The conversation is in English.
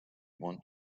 want